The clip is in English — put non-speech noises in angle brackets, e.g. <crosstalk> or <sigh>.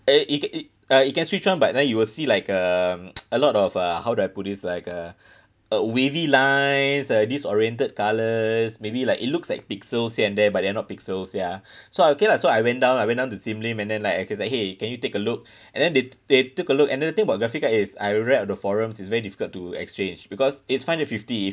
eh it ca~ it uh it can switch on but then you will see like um <noise> a lot of uh how do I put this like uh <breath> uh wavy lines or disoriented colours maybe like it looks like pixels here and there but they're not pixels ya <breath> so okay lah so I went down I went down to sim lim and then like I say like !hey! can you take a look <breath> and then they t~ they took a look and then the thing about graphic card is I read on the forums it's very difficult to exchange because it's five hundred fifty